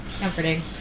Comforting